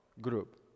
group